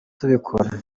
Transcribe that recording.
tubikora